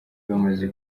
bamaze